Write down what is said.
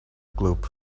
globe